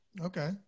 Okay